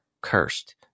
cursed